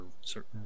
certain